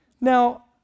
Now